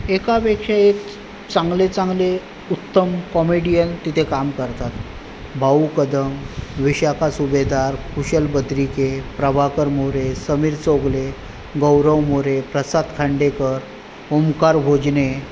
एकापेक्षा एक चांगले चांगले उत्तम कॉमेडियन तिथे काम करतात भाऊ कदम विशाखा सुभेदार खुशल बद्रिके प्रभाकर मोरे समीर चौगुले गौरव मोरे प्रसाद खांडेकर ओंकार भोजने